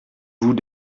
vous